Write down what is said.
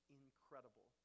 incredible